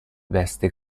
veste